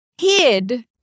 hid